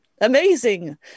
amazing